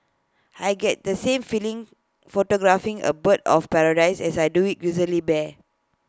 I get the same feeling photographing A bird of paradise as I do A grizzly bear